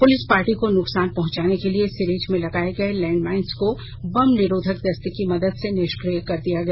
police party को नुकसान पहुँचाने के लिए सीरीज में लगाये गए लैंडमाइंस को बम निरोधक दस्ते की मदद से निष्क्रिय कर दिया गया